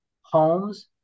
homes